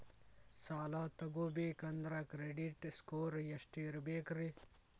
ಸಾಲ ತಗೋಬೇಕಂದ್ರ credit score ಎಷ್ಟ ಇರಬೇಕ್ರಿ?